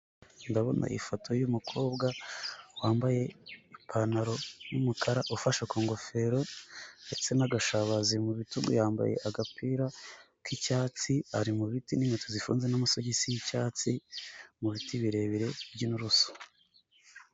Ndabona ifoto y'umukobwa wambaye ipantaro y'umukara ufashe ku ngofero ndetse na gashabazi mu bitugu, yambaye agapira k'icyatsi, ari mu biti n'inkweto zifunze n'amasogisi y'icyatsi, mu biti birebire by'inurusu.